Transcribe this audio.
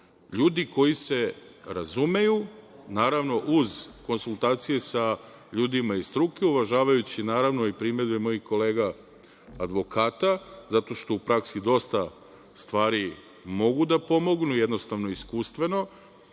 ljudi koji se razumeju, naravno uz konsultacije sa ljudima iz struke uvažavajući, naravno i primedbe mojih kolega advokata, zato što u praski dosta stvari mogu da pomognu, jednostavno iskustveno,